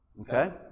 Okay